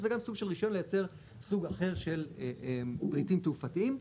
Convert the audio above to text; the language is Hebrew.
שזה גם סוג של רישיון לייצר סוג אחר של פריטים תעופתיים,